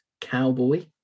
cowboy